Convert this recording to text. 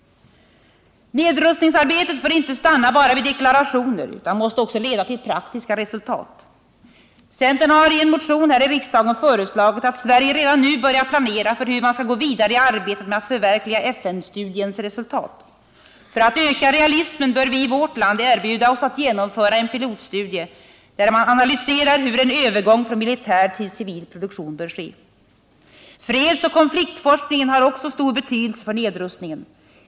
Nedrustningsarbetet får inte stanna vid endast deklarationer utan måste också leda till praktiska resultat. Centern har i en motion till riksdagen föreslagit att Sverige redan nu börjar planera för hur man skall gå vidare i arbetet med att förverkliga FN-studiens resultat. För att öka realismen bör vi i vårt land erbjuda oss att genomföra en pilotstudie, där man analyserar hur en övergång från militär till civil produktion kan ske. Fredsoch konfliktforskningen har mycket stor betydelse för nedrustningen.